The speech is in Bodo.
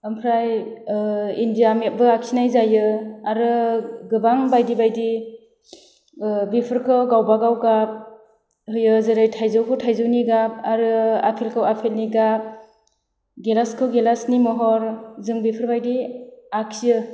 ओमफ्राय इण्डिया मेपबो आखिनाय जायो आरो गोबां बायदि बायदि बेफोरखौ गावबागाव गाब होयो जेरै थाइजौखौ थायजौनि गाब आरो आपेलखौ आफेलनि गाब गेलासखौ गेलासनि महर जों बिफोरबादि आखियो